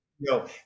No